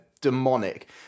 demonic